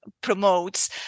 promotes